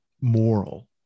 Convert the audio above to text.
moral